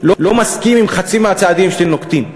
לא מסכים עם חצי מהצעדים שאתם נוקטים.